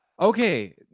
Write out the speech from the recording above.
Okay